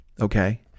Okay